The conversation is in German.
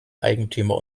eigentümer